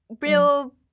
real